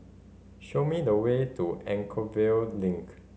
show me the way to Anchorvale Link